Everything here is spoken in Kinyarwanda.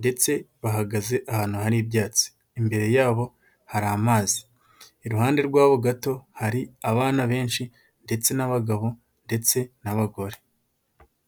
ndetse bahagaze ahantu hari ibyatsi, imbere yabo hari amazi, iruhande rwabo gato hari abana benshi ndetse n'abagabo ndetse n'abagore.